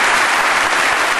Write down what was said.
חברי הכנסת,